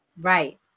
right